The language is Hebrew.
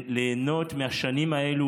ליהנות מהשנים האלה,